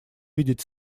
видеть